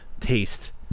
Taste